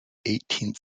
eighteenth